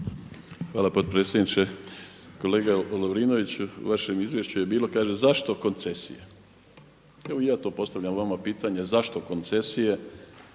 Hvala, potpredsjedniče.